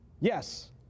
Yes